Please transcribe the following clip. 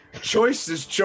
Choices